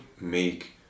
make